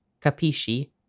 capisci